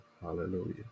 Hallelujah